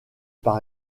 par